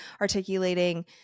articulating